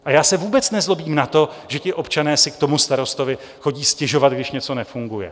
A já se vůbec nezlobím, že občané si k starostovi chodí stěžovat, když něco nefunguje.